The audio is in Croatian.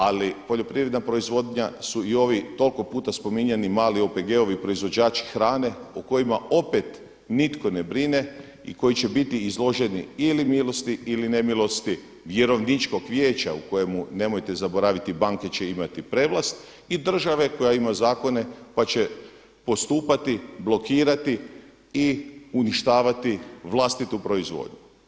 Ali poljoprivredna proizvodnja su i ovi toliko puta spominjani mali OPG-ovi proizvođači hrane o kojima opet nitko ne brine i koji će biti izloženi ili milosti ili nemilosti vjerovničkog vijeća u kojemu nemojte zaboraviti banke će imati prevlast i države koja ima zakone pa će postupati, blokirati i uništavati vlastitu proizvodnju.